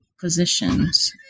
positions